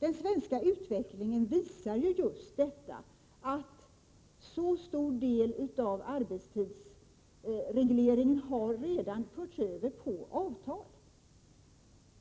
Den svenska utvecklingen visar just att en stor del av arbetstidsregleringen redan har förts över till avtal.